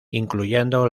incluyendo